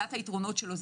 מבחינת היתרונות שלו,